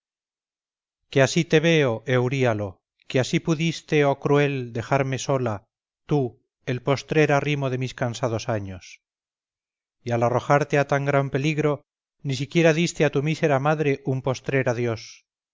que así te veo euríalo que así pudiste oh cruel dejarme sola tú el postrer arrimo de mis cansados años y al arrojarte a tan gran peligro ni siquiera diste a tu mísera madre un postrer adiós